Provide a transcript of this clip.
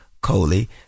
coley